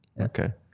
Okay